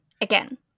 again